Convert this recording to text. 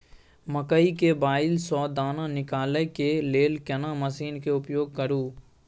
मकई के बाईल स दाना निकालय के लेल केना मसीन के उपयोग करू?